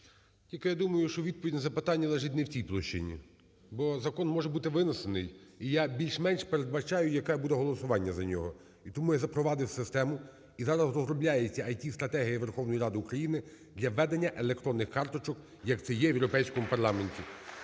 Тільки, я думаю, що відповідь на запитання лежить не в тій площині, бо закон може бути винесений. І я більш-менш передбачаю, яке буде голосування за нього. І тому я запровадив систему і зараз розробляється ІТ-стратегія Верховної Ради України для введення електронних карточок, як це є в європейському парламенті.